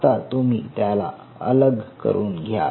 आता तुम्ही त्याला अलग करून घ्या